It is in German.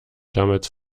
damals